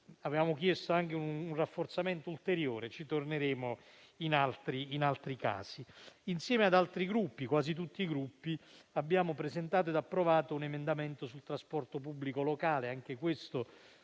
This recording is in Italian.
Avevamo chiesto anche un rafforzamento ulteriore, ma ci torneremo in altri casi. Insieme a quasi tutti i Gruppi, abbiamo presentato ed approvato un emendamento sul trasporto pubblico locale, anche questo